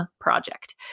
project